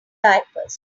diapers